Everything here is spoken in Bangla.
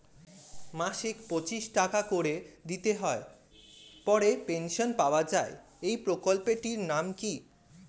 মাসিক পঁচিশ টাকা করে দিতে হয় পরে পেনশন পাওয়া যায় এই প্রকল্পে টির নাম কি?